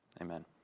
Amen